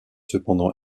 cependant